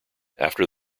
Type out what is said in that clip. after